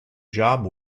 job